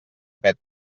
pet